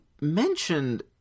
mentioned